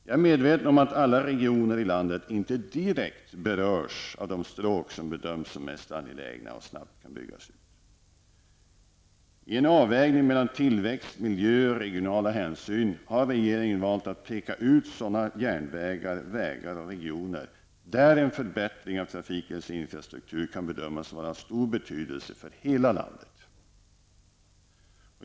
Jag är medveten om att alla regioner i landet inte direkt berörs av de stråk som bedöms som mest angelägna att snabbt bygga ut. I en avvägning mellan tillväxt, miljö och regionala hänsyn har regeringen valt att peka ut sådana järnvägar, vägar och regioner där en förbättring av trafikens infrastruktur kan bedömas vara av stor betydelse för hela landet.